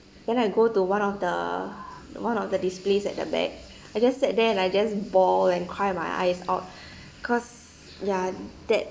then I go to one of the one of the displays at the back I just sat there and I just bawl and cry my eyes out cause ya that